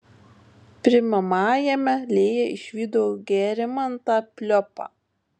priimamajame lėja išvydo gerimantą pliopą